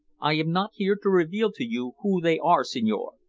i am not here to reveal to you who they are, signore,